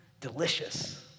Delicious